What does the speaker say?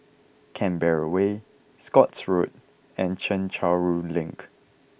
Canberra Way Scotts Road and Chencharu Link